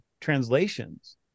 translations